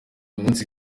umunsi